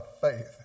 faith